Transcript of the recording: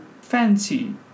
fancy